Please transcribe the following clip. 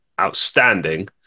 outstanding